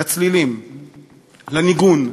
לצלילים, לניגון,